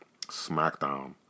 SmackDown